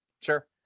Sure